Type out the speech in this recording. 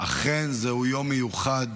אכן זהו יום מיוחד,